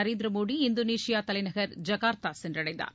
Narendra Modi Indonesia தலைநகர் Jakarta சென்றடைந்தார்